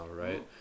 right